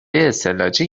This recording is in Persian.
استعلاجی